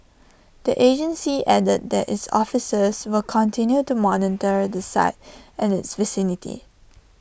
the agency added that its officers will continue to monitor the site and its vicinity